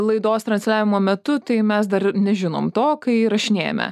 laidos transliavimo metu tai mes dar nežinom to kai įrašinėjame